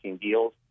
deals